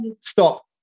stop